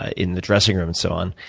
ah in the dressing room and so on,